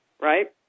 right